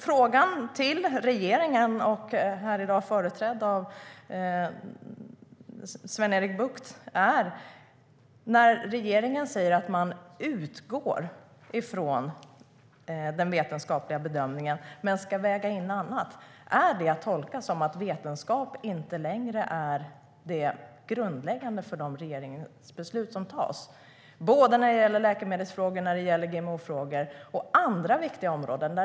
Frågan till regeringen, i dag företrädd av Sven-Erik Bucht, är: När regeringen säger att man utgår ifrån en vetenskaplig bedömning men ska väga in annat, är det att tolka som att vetenskap inte längre är det grundläggande för regeringens beslut? Det gäller läkemedelsfrågor, GMO-frågor och andra viktiga områden.